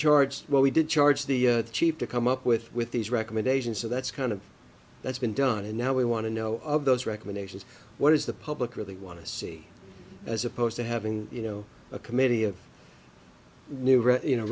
charged what we did charge the chief to come up with with these recommendations so that's kind of that's been done and now we want to know all of those recommendations what does the public really want to see as opposed to having you know a committee of new or you know